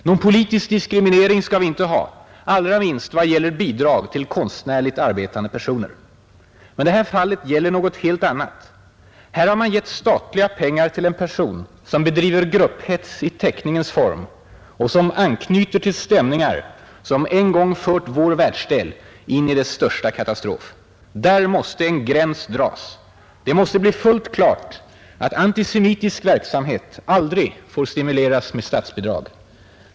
Någon politisk diskriminering ska vi inte ha, allra minst vad gäller bidrag till konstnärligt arbetande personer. Men det här fallet gäller något helt annat. Här har man gett statliga pengar till en person som bedriver grupphets i teckningens form och som anknyter till stämningar som en gång fört vår världsdel in i dess största katastrof. Där måste en gräns dras. Det måste bli fullt klart att antisemitisk verksamhet aldrig får stimuleras med statsbidrag.